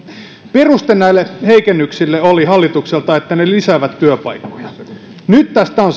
peruste näille heikennyksille hallitukselta oli että ne lisäävät työpaikkoja nyt tästä on